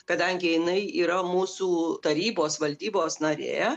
kadangi jinai yra mūsų tarybos valdybos narė